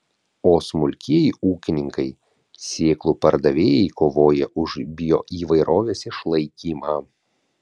o smulkieji ūkininkai sėklų pardavėjai kovoja už bioįvairovės išlaikymą